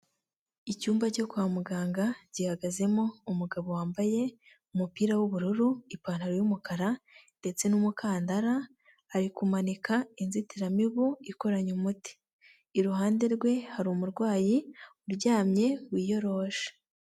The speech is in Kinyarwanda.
Icyumba cyo kwa muganga gihagazemo umugabo wambaye umupira w'ubururu, ipantaro y'umukara ndetse n'umukandara, ari kumanika inzitiramibu ikoranye umuti. Iruhande rwe hari umurwayi uryamye wiyoroshe.